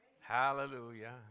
Hallelujah